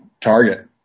target